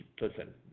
listen